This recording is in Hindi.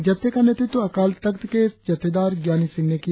जत्थे का नेतृत्व अकाल तख्त के जत्थेदार ज्ञानी सिंह ने किया